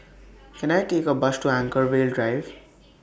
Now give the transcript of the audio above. Can I Take A Bus to Anchorvale Drive